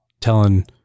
telling